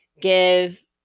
give